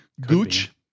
Gooch